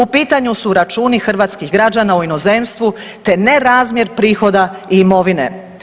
U pitanju su računi hrvatskih građana u inozemstvu, te nerazmjer prihoda i imovine.